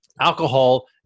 alcohol